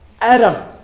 Adam